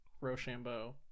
rochambeau